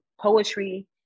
poetry